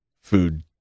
food